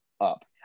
up